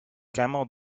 camel